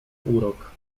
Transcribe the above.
urok